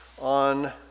on